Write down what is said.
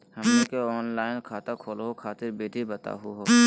हमनी के ऑनलाइन खाता खोलहु खातिर विधि बताहु हो?